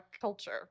culture